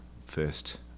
First